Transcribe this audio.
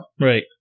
Right